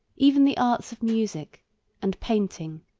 even the arts of music and painting,